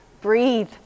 breathe